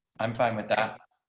i'm fine with that.